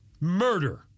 Murder